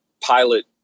pilot